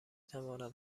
توانم